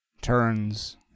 turns